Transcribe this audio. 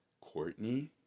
Courtney